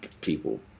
people